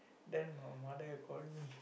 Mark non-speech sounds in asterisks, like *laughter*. then my mother call me *breath*